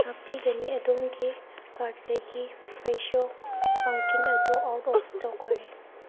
ꯉꯥꯛꯄꯤꯒꯅꯤ ꯑꯗꯣꯝꯒꯤ ꯀꯥꯔꯠꯇꯒꯤ ꯐ꯭ꯔꯦꯁꯣ ꯄꯝꯀꯤꯟ ꯑꯗꯣ ꯑꯥꯎꯠ ꯑꯣꯐ ꯏꯁꯇꯣꯛ ꯑꯣꯏꯔꯦ